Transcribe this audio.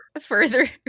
further